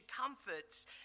comforts